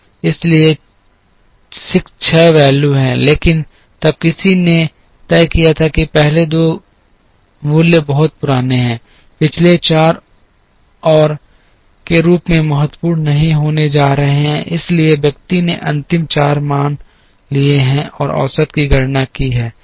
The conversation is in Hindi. इसलिए 6 मान हैं लेकिन तब किसी ने तय किया था कि पहले 2 मूल्य बहुत पुराने हैं पिछले 4 और के रूप में महत्वपूर्ण नहीं होने जा रहे हैं इसलिए व्यक्ति ने अंतिम 4 मान लिए हैं और औसत की गणना की है